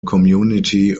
community